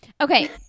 Okay